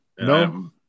No